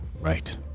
Right